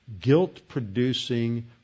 guilt-producing